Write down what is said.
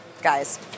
guys